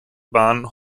bahnen